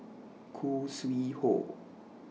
Khoo Sui Hoe